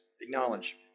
acknowledge